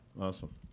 Awesome